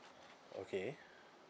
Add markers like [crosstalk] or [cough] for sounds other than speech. [breath] okay [breath]